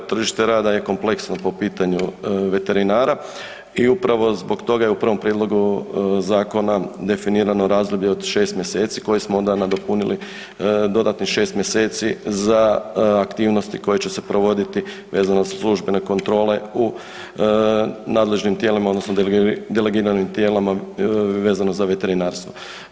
Dakle, tržište rada je kompleksno po pitanju veterinara i upravo zbog toga je u prvom prijedlogu zakona definirano razdoblje od 6 mj. koje smo onda nadopunili dodatnih 6 mj. za aktivnosti koje će se provoditi vezano za službene kontrole u nadležnim tijelima odnosno delegiranim tijelima vezano za veterinarstvo.